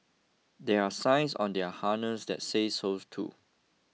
there are signs on their harness that say so too